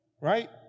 right